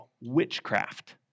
witchcraft